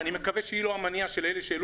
שאני מקווה שהיא לא המניע של מי שהעלה